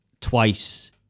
twice